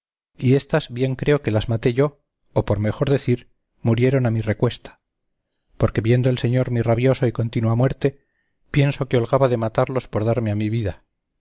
y éstas bien creo que las maté yo o por mejor decir murieron a mi recuesta porque viendo el señor mi rabiosa y continua muerte pienso que holgaba de matarlos por darme a mí vida